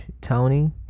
Tony